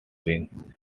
wing